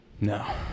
No